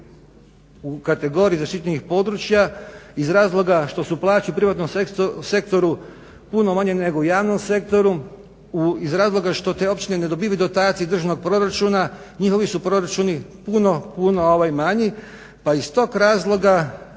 u kategoriji zaštićenih područja iz razloga što su plaće u privatnom sektoru puno manje nego u javnom sektoru, iz razloga što te općine ne dobivaju dotacije iz državnog proračuna njihovi su proračuni puno, puno manji pa i iz tog razloga